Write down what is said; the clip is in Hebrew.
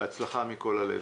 בהצלחה מכל הלב.